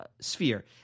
sphere